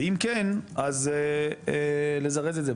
ואם כן אז לזרז את זה.